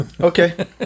Okay